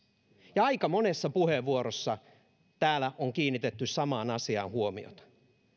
ja aika monessa puheenvuorossa täällä on kiinnitetty samaan asiaan huomiota